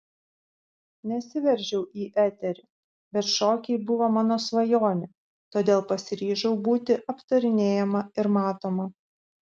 nesiveržiau į eterį bet šokiai buvo mano svajonė todėl pasiryžau būti aptarinėjama ir matoma